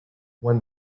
when